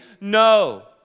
no